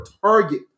target